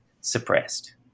suppressed